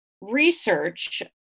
research